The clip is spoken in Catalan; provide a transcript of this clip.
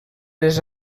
les